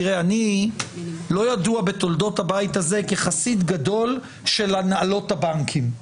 תראה אני לא ידוע בתולדות הבית הזה כחסיד גדול של הנהלות הבנקים,